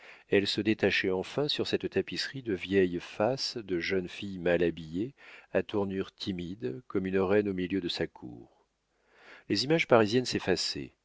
elle se détachait enfin sur cette tapisserie de vieilles faces de jeunes filles mal habillées à tournures timides comme une reine au milieu de sa cour les images parisiennes